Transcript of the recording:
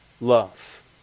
love